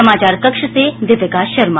समाचार कक्ष से दीपिका शर्मा